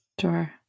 Sure